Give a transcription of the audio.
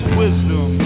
wisdom